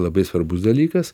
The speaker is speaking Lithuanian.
labai svarbus dalykas